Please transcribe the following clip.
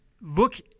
look